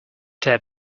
their